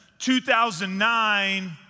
2009